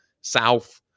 South